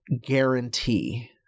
guarantee